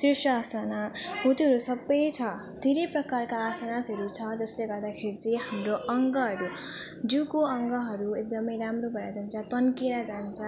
शीर्षासना हो त्योहरू सब छ धेरै प्रकारका आसनहरू छ जसले गर्दाखेरि चाहिँ हाम्रो अङ्गहरू जिउको अङ्गहरू एकदम राम्रो भएर जान्छ तन्केर जान्छ